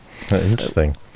Interesting